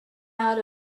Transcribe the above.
out